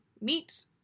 meet